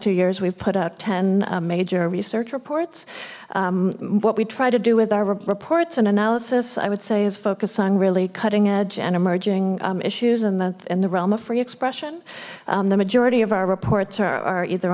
two years we've put out ten major research reports what we try to do with our reports an analysis i would say is focus on really cutting edge and emerging issues and the in the realm of free expression the majority of our reports are either